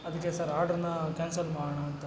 ಅದಕ್ಕೆ ಸರ್ ಆರ್ಡ್ರ್ನ ಕ್ಯಾನ್ಸಲ್ ಮಾಡೋಣ ಅಂತ